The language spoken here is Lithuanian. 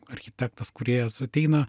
architektas kūrėjas ateina